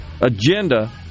agenda